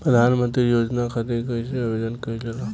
प्रधानमंत्री योजना खातिर कइसे आवेदन कइल जाला?